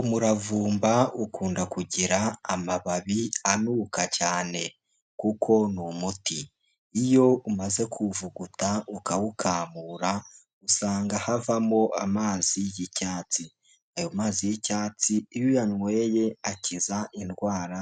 Umuravumba ukunda kugira amababi anuka cyane kuko ni umuti, iyo umaze kuwuvuguta ukawukamura usanga havamo amazi y'icyatsi, ayo mazi y'icyatsi iyo uyanyweye akiza indwara